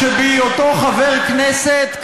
שבהיותו חבר כנסת,